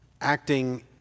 acting